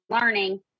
learning